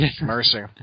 mercy